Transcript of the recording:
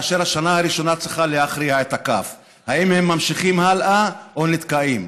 והשנה הראשונה צריכה להכריע את הכף: האם הם ממשיכים הלאה או נתקעים.